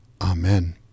Amen